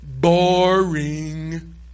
boring